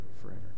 forever